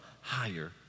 higher